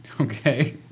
Okay